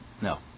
No